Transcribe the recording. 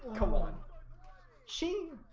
come on she